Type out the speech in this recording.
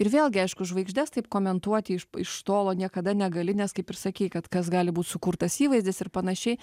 ir vėlgi aišku žvaigždes taip komentuoti iš p iš tolo niekada negali nes kaip ir sakei kad kas gali būt sukurtas įvaizdis ir panašiai